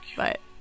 but-